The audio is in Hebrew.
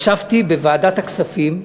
ישבתי בוועדת הכספים,